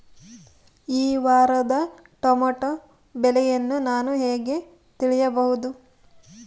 ಈ ವಾರದ ಟೊಮೆಟೊ ಬೆಲೆಯನ್ನು ನಾನು ಹೇಗೆ ತಿಳಿಯಬಹುದು?